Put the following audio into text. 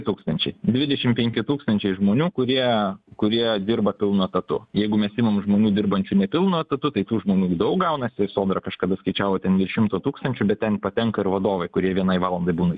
tūkstančiai dvidešimt penki tūkstančiai žmonių kurie kurie dirba pilnu etatu jeigu mes imam žmonių dirbančių nepilnu etatu tai tų žmonių daug gaunas ir sodra kažkada skaičiavo ten virš šimto tūkstančių bet ten patenka ir vadovai kurie vienai valandai būna